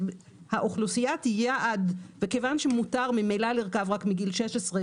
אוכלוסיית היעד וכיוון שמותר ממילא לרכב רק מגיל 16,